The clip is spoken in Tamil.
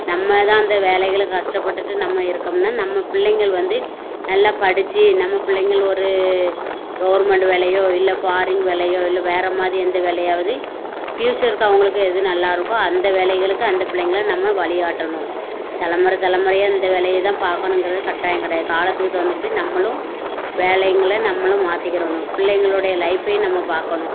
நம்ம தான் அந்த வேலைகளை கஷ்டப்பட்டுட்டு நம்ம இருக்கோம்னால் நம்ம பிள்ளைங்கள் வந்து நல்லா படித்து நம்ம பிள்ளைங்கள் ஒரு கவர்மெண்ட் வேலையோ இல்லை ஃபாரின் வேலையோ இல்லை வேறு மாதிரி எந்த வேலையாவது ஃபியூச்சருக்கு அவங்களுக்கு எது நல்லாயிருக்கோ அந்த வேலைகளுக்கு அந்த பிள்ளைங்களை நம்ம வழிகாட்டணும் தலமுறை தலமுறையா இந்த வேலையே தான் பார்க்கணுங்கிற கட்டாயம் கிடையாது காலத்துக்குத் தகுந்தபடி நம்மளும் வேலைங்களை நம்மளும் மாற்றிக்கிறணும் பிள்ளைங்களோடைய லைஃப்பையும் நம்ம பார்க்கணும்